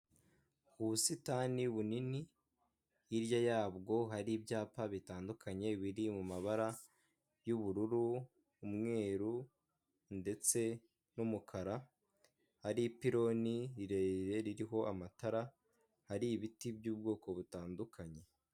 Ubusitani bunini hirya yabwo hari ibyapa bitandukanye biri mu mabara y'ubururu, umweru ndetse n'umukara hari pironi rirerire ririho amatara hari ibiti by'ubwoko butandukanye.